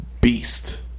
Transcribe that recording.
Beast